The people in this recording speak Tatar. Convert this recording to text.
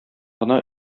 гына